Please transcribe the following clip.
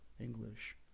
English